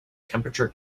temperature